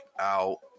out